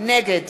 נגד